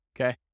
okay